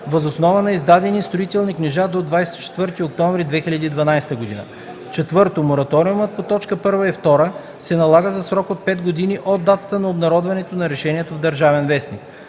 въз основа на издадени строителни книжа до 24 октомври 2012 г. 4. Мораториумът по т. 1 и 2 се налага за срок от 5 години от датата на обнародването на решението в “Държавен вестник”.